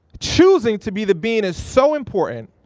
choosing to be the bean is so important,